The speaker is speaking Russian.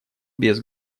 без